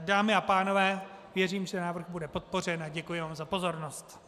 Dámy a pánové, věřím, že návrh bude podpořen, a děkuji vám za pozornost.